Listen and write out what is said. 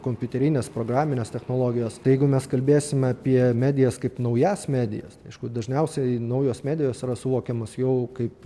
kompiuterinės programinės technologijos tai jeigu mes kalbėsim apie medijas kaip naujas medijas tai aišku dažniausiai naujos medijos yra suvokiamos jau kaip